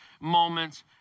moments